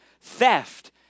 theft